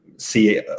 see